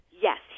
Yes